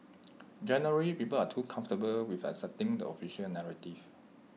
generally people are too comfortable with accepting the official narrative